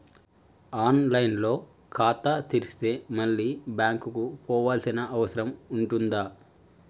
On line లో ఖాతా తెరిస్తే మళ్ళీ బ్యాంకుకు పోవాల్సిన అవసరం ఉంటుందా?